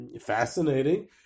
fascinating